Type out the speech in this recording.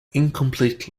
incomplete